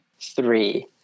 Three